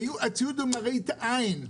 הציוד למראית עין.